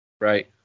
Right